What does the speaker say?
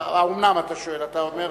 האומנם, אתה שואל.